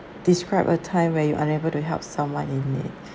describe a time where you unable to help someone in need